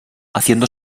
haciendo